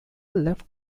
left